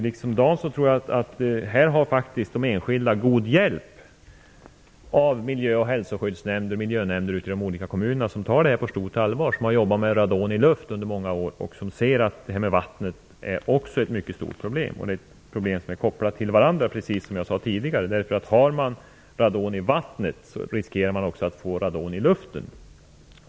Liksom Dan Ericsson tror jag att de enskilda har god hjälp av miljö och hälsoskyddsnämnder ute i de olika kommunerna som tar det här på stort allvar, som har jobbat med radon i luften under många år och som ser att radon i vattnet också är ett mycket stort problem. Det är problem som är kopplade till varandra. Precis som jag sade tidigare, har man radon i vattnet riskerar man också att få radon i luften.